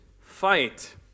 fight